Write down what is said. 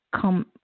come